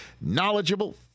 knowledgeable